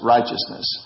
Righteousness